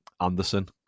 Anderson